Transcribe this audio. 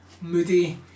moody